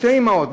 שתי אימהות,